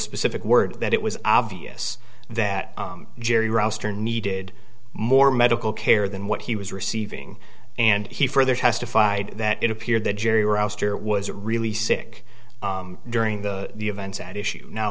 specific word that it was obvious that jerry roster needed more medical care than what he was receiving and he further testified that it appeared that jerry roster was really sick during the the events at issue now